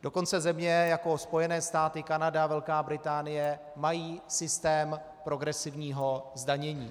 Dokonce země jako Spojené státy, Kanada, Velká Británie mají systém progresivního zdanění.